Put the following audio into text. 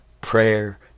prayer